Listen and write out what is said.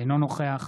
אינו נוכח